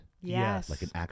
Yes